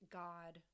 god